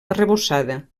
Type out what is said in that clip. arrebossada